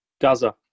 Gaza